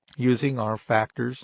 using our factors